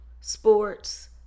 sports